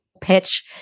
pitch